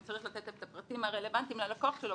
הוא צריך לתת את הפרטים הרלבנטיים ללקוח שלו,